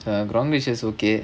the ground which is okay